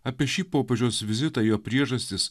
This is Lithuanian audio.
apie šį popiežiaus vizitą jo priežastis